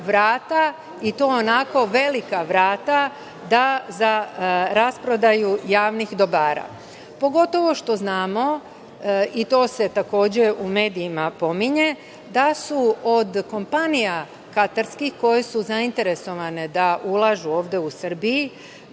i to onako velika vrata, za rasprodaju javnih dobara. Pogotovo što znamo, i to se takođe u medijima pominje, da su od kompanija katarskih koje su zainteresovane da ulažu ovde u Srbiji